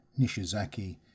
Nishizaki